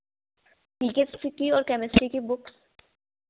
physics की और chemistry books